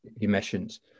emissions